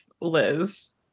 Liz